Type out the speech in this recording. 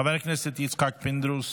חבר הכנסת יצחק פינדרוס,